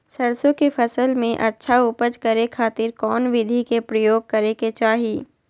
सरसों के फसल में अच्छा उपज करे खातिर कौन विधि के प्रयोग करे के चाही?